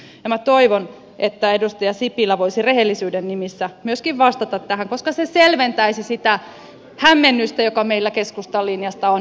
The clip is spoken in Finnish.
minusta tämä on hyvin yksinkertainen kysymys ja minä toivon että edustaja sipilä voisi rehellisyyden nimissä myöskin vastata tähän koska se selventäisi sitä hämmennystä joka meillä keskustan linjasta on